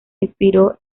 inspiró